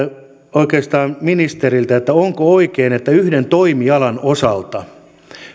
oikeastaan ministeriltä onko oikein että yhden toimialan osalta